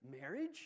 marriage